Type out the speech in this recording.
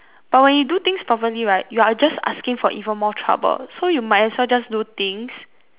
but when you do things properly right you're just asking for even more trouble so you might as well just do things